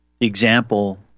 example